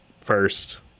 first